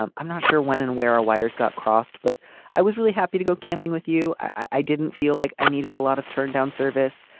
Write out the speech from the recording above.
i'm i'm not sure when and where our wires got crossed but i was really happy to go camping with you. i didn't feel like i needed a lot of turndown service.